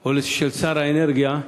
או של שר האנרגיה,